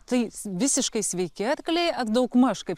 tai visiškai sveiki arkliai ar daugmaž kaip